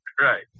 Right